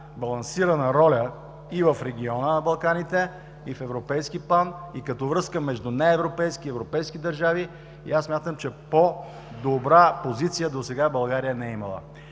балансираща роля и в региона на Балканите, и в европейски план, и като връзка между неевропейски и европейски държави. Смятам, че по-добра позиция България досега не е имала.